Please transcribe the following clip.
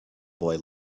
boy